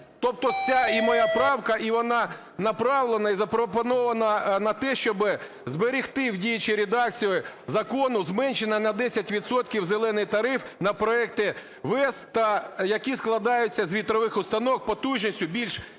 Тобто вся і моя правка, і вона направлена, і запропонована на те, щоби зберегти в діючій редакції закону зменшення на 10 відсотків "зелений" тариф на проекти ВЕС та які складаються з вітрових установок потужністю більш